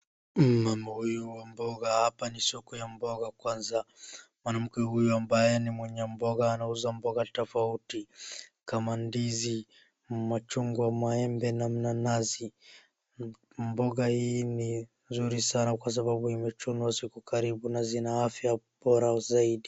Mama huyu wa mboga, hapa ni soko ya mboga, kwanza mwanamke huyu ambaye ni mwenye mboga anauza mboga tofauti kama ndizi, machungwa, maembe na mnanazi. Mboga hii ni nzuri sana kwasababu imechunwa siku karibu na zina afya bora zaidi.